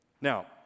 Now